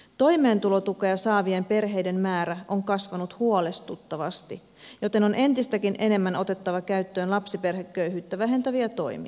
toimeentulotukea saavien perheiden määrä on kasvanut huolestuttavasti joten on entistäkin enemmän otettava käyttöön lapsiperheköyhyyttä vähentäviä toimia